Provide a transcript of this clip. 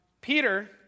Peter